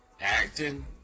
Acting